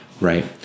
Right